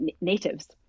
natives